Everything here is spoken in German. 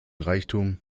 reichtum